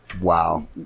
Wow